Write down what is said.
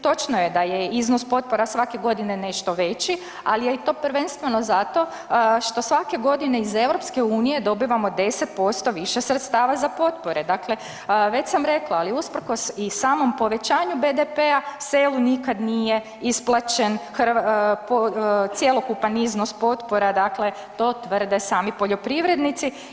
Točno je da je iznos potpora svake godine nešto veći, ali je i to prvenstveno zato što svake godine iz EU dobivamo 10% više sredstava za potpore, dakle, već sam rekla, ali usprkos i samom povećanju BDP-a selu nikad nije isplaćen .../nerazumljivo/... cjelokupan iznos potpora, dakle to tvrde sami poljoprivrednici.